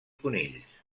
conills